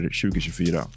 2024